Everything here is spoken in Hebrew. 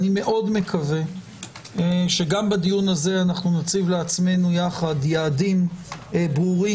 אני מאוד מקווה שגם בדיון הזה אנחנו נציב לעצמנו יחד יעדים ברורים,